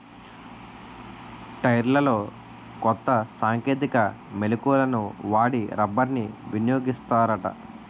టైర్లలో కొత్త సాంకేతిక మెలకువలను వాడి రబ్బర్ని వినియోగిస్తారట